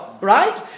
right